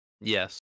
Yes